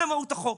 זה מהות החוק.